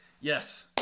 Yes